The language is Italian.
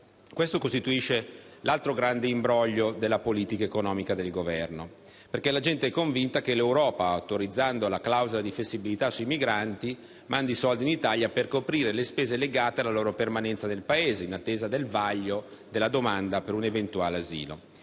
Questo costituisce l'altro grande imbroglio della politica economica del Governo. Infatti la gente è convinta che l'Europa, autorizzando la clausola di flessibilità sui migranti, mandi soldi all'Italia per coprire le spese legate alla loro permanenza nel Paese, in attesa del vaglio delle domande per un eventuale asilo.